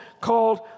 called